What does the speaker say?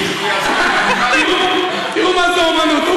תראו מה זה אמנות.